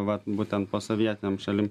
vat būtent posovietinėm šalim